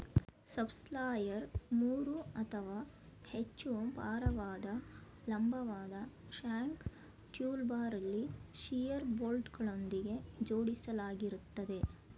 subsoiler ಮೂರು ಅಥವಾ ಹೆಚ್ಚು ಭಾರವಾದ ಲಂಬವಾದ ಶ್ಯಾಂಕ್ ಟೂಲ್ಬಾರಲ್ಲಿ ಶಿಯರ್ ಬೋಲ್ಟ್ಗಳೊಂದಿಗೆ ಜೋಡಿಸಲಾಗಿರ್ತದೆ